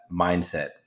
mindset